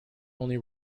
only